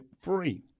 free